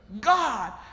God